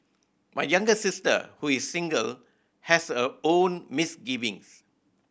my younger sister who is single has her own misgivings